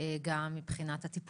אגיד שתי מילים על הטיפול.